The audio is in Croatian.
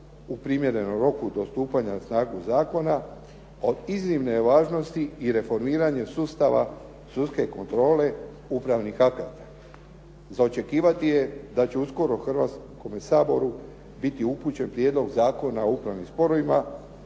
u primjerenom roku do stupanja na snagu zakona od iznimne je važnosti i reformiranje sustava sudske kontrole upravnih akata. Za očekivati je da će uskoro Hrvatskome saboru biti upućen Prijedlog zakona o upravnim sporovima,